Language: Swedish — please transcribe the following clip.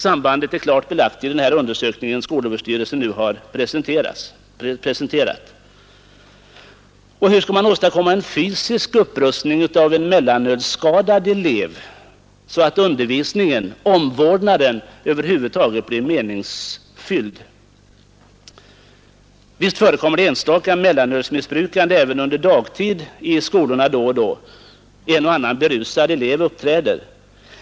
Sambandet är klart belagt i den här undersökningen som skolöverstyrelsen nu har presenterat. Och hur skall man åstadkomma en fysisk upprustning av mellanölsskadade elever så att undervisningen och omvårdnaden över huvud taget blir meningsfylld? Visst förekommer det enstaka mellanölsmissbruk även under dagtid i skolorna då och då; en och annan berusad elev uppträder.